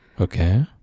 Okay